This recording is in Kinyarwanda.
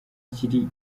kiri